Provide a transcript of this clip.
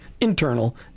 internal